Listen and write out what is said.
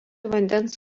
vandens